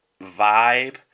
vibe